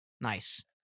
Nice